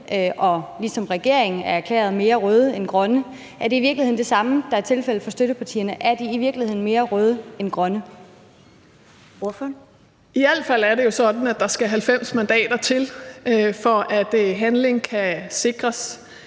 ligesom regeringen er erklæret mere røde end grønne? Er det i virkeligheden det samme, der er tilfældet for støttepartierne? Er de i virkeligheden mere røde end grønne? Kl. 13:53 Første næstformand (Karen Ellemann): Ordføreren.